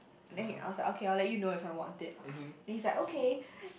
then he I was like okay I'll let you know if I want it then he's like okay